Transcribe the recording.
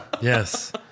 yes